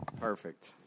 perfect